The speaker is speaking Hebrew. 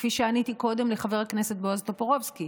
כפי שעניתי קודם לחבר הכנסת בועז טופורובסקי,